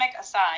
aside